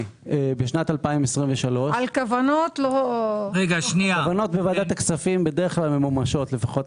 בשנת 2023. על כוונות- -- כוונות בוועדת הכספים ממומשות בדרך כלל,